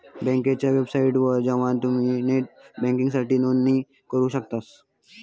बँकेच्या वेबसाइटवर जवान तुम्ही नेट बँकिंगसाठी नोंदणी करू शकतास